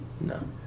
No